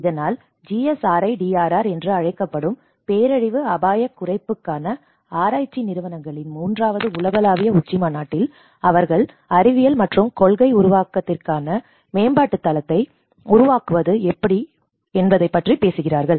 இதனால் GSRIDRR என்று அழைக்கப்படும் பேரழிவு அபாயக் குறைப்புக்கான ஆராய்ச்சி நிறுவனங்களின் மூன்றாவது உலகளாவிய உச்சிமாநாட்டில் அவர்கள் அறிவியல் மற்றும் கொள்கை உருவாக்கத்திற்கான மேம்பாட்டு தளத்தை விரிவாக்குவது பற்றி பேசுகிறார்கள்